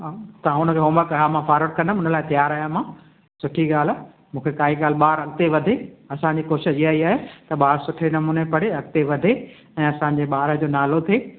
हा तव्हां हुनखे होमवर्क कराओ मां फॉवर्ड कंदमि हुन लाइ तयारु आयां मां सुठी ॻाल्हि आहे मूंखे काई ॻाल्हि ॿारु अॻिते वधे असांजी कोशिश इहा ई आहे त ॿारु सुठे नमूने पढ़े अॻिते वधे ऐं असांजे ॿार जो नालो थिए